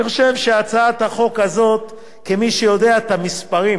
אני חושב שהצעת החוק הזאת, כמי שיודע את המספרים